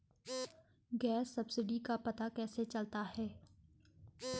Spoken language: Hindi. गैस सब्सिडी का पता कैसे चलता है?